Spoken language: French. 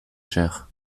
cher